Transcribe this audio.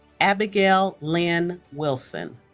abigail lynn wilson